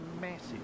massive